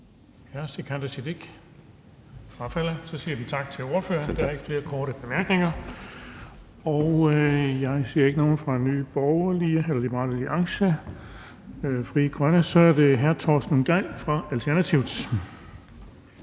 Hr. Sikandar Siddique frafalder. Så siger vi tak til ordføreren, for der er ikke flere korte bemærkninger. Jeg ser ikke nogen ordfører fra Nye Borgerlige eller Liberal Alliance, så det er hr. Torsten Gejl fra Alternativet.